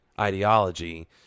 ideology